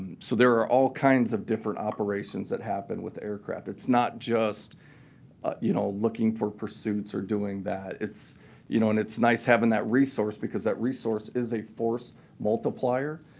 so there are all kinds of different operations that happen with aircraft. it's not just ah you know looking for pursuits or doing that. it's you know and it's nice having that resource because that resource is a force multiplier.